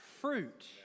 fruit